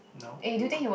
no we